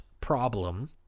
problem